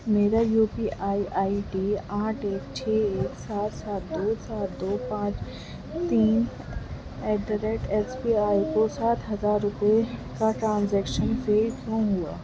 میرا U P I I T آٹھ ایک چھ ایک سات سات دو سات دو پانچ تین at the rate S B I کو سات ہزار روپے کا ٹرانزیکشن فیل کیوں ہوا